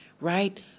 right